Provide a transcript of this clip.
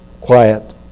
quiet